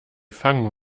fangen